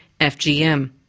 FGM